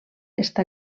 està